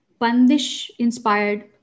Pandish-inspired